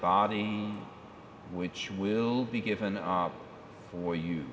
body which will be given off for you